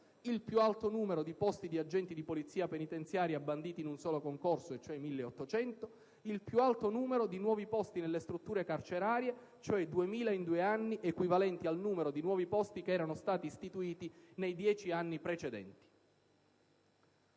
il più alto numero di posti di agenti di polizia penitenziaria banditi in un solo concorso, cioè 1.800; il più alto numero di nuovi posti nelle strutture carcerarie, cioè 2.000 in due anni, equivalenti al numero di nuovi posti che erano stati istituiti nei 10 anni precedenti.